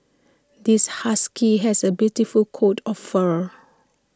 this husky has A beautiful coat of fur